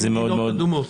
זה מאוד בעייתי.